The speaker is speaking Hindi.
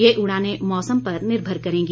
ये उड़ाने मौसम पर निर्भर करेंगी